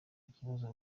ikibazo